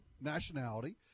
nationality